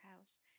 house